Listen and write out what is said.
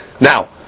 Now